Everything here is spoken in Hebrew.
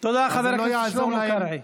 כן, תודה, חבר הכנסת שלמה קרעי.